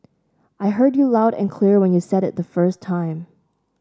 I heard you loud and clear when you said it the first time